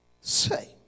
say